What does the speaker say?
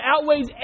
outweighs